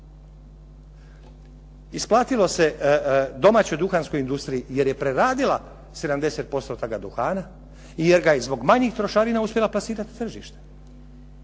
Isplatilo se domaćoj duhanskoj industriji jer je preradila 70% toga duhana, jer ga je zbog manjih trošarina uspjela plasirati na tržište.